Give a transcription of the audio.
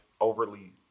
overly